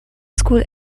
school